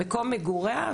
מקום מגוריה,